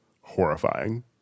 horrifying